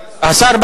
השר.